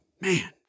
Man